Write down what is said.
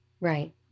right